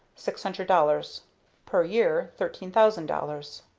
six hundred dollars per year thirteen thousand dollars